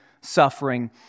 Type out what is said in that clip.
suffering